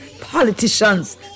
politicians